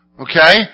Okay